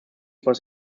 was